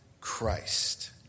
Christ